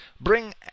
Bring